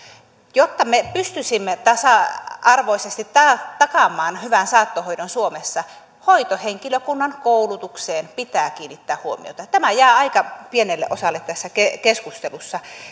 jotta me pystyisimme tasa arvoisesti takaamaan hyvän saattohoidon suomessa hoitohenkilökunnan koulutukseen pitää kiinnittää huomiota tämä jää aika pienelle osalle tässä keskustelussa